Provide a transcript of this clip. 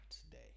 today